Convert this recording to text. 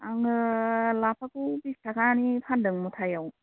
आङो लाफाखौ बिस थाखानि फानदों मुथायाव